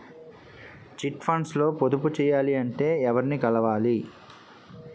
Chit funds లో పొదుపు చేయాలంటే ఎవరిని కలవాలి?